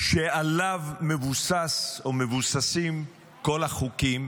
שעליו מבוסס או מבוססים כל החוקים.